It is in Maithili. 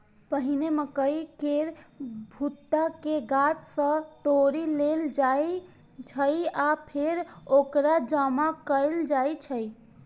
पहिने मकइ केर भुट्टा कें गाछ सं तोड़ि लेल जाइ छै आ फेर ओकरा जमा कैल जाइ छै